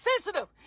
sensitive